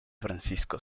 francisco